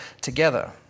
together